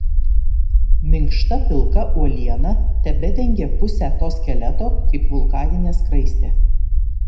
minkšta pilka uoliena tebedengė pusę to skeleto kaip vulkaninė skraistė